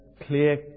clear